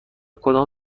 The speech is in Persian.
کدام